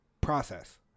process